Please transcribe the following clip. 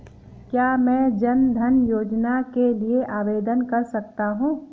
क्या मैं जन धन योजना के लिए आवेदन कर सकता हूँ?